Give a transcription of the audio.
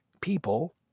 people